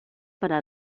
para